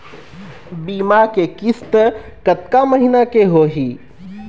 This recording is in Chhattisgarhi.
बीमा के किस्त कतका महीना के होही?